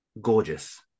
gorgeous